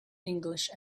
english